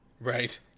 Right